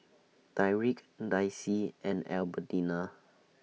Tyrik Daisie and Albertina